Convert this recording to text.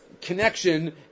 Connection